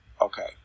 Okay